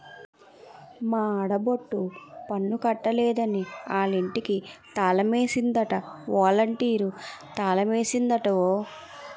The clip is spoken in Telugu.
మా ఆడబొట్టి పన్ను కట్టలేదని ఆలింటికి తాలమేసిందట ఒలంటీరు తాలమేసిందట ఓ